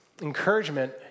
encouragement